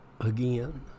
again